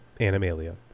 Animalia